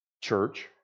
church